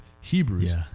Hebrews